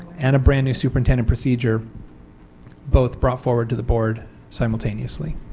and a brand-new superintendent procedure both brought forward to the board simultaneously.